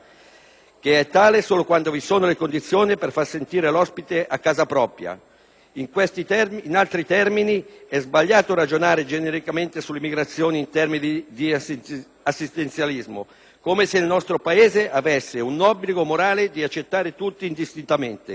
che è tale solo quando vi sono le condizioni per far sentire l'ospite a casa propria. In altre parole, è sbagliato ragionare genericamente sull'immigrazione in termini di assistenzialismo, come se il nostro Paese avesse un obbligo morale di accettare tutti indistintamente.